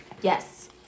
Yes